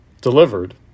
delivered